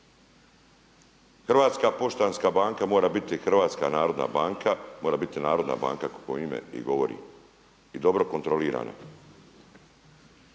Hrvatska poštanska banka mora biti Hrvatska narodna banka, mora biti narodna banka kako joj ime i govori i dobro kontrolirana,